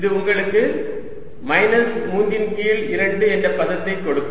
இது உங்களுக்கு மைனஸ் 3 ன் கீழ் 2 என்ற பதத்தை கொடுக்கும்